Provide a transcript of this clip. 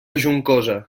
juncosa